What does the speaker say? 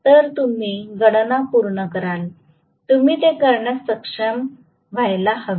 तर तुम्ही गणना पूर्ण कराल तुम्ही ते करण्यास सक्षम व्हायला हवे